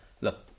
look